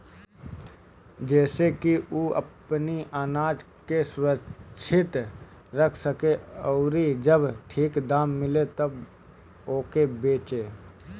जेसे की उ अपनी आनाज के सुरक्षित रख सके अउरी जब ठीक दाम मिले तब ओके बेचे